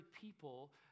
people